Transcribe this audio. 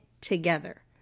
together